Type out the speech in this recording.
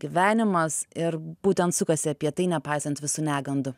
gyvenimas ir būtent sukasi apie tai nepaisant visų negandų